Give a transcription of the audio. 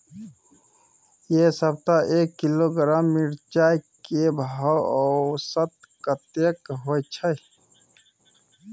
ऐ सप्ताह एक किलोग्राम मिर्चाय के भाव औसत कतेक होय छै?